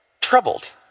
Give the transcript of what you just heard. troubled